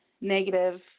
negative